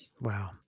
Wow